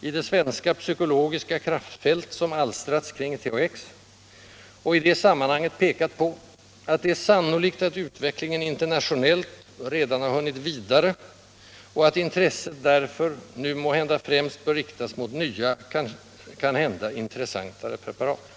i det svenska psykologiska kraftfält som alstrats kring THX och i det sammanhanget pekat på att det är sannolikt att utvecklingen internationellt redan hunnit vidare och att intresset därför nu måhända främst bör riktas mot nya, kanhända intressantare preparat.